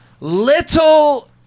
little